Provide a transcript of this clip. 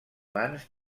mans